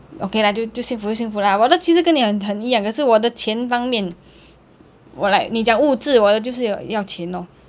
okay lah 就就幸福幸福啦我的其实跟你的很一样可是我的钱方面我 like 你讲物质我的就是要钱 lor